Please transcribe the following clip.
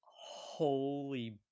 Holy